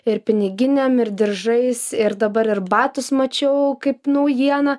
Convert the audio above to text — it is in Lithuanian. ir piniginėm ir diržais ir dabar ir batus mačiau kaip naujieną